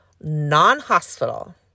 non-hospital